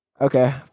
okay